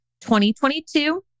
2022